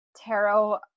tarot